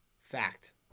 Fact